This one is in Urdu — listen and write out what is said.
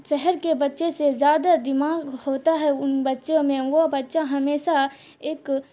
شہر کے بچے سے زیادہ دماغ ہوتا ہے ان بچوں میں وہ بچہ ہمیشہ ایک